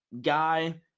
guy